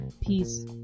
peace